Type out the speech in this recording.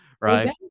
Right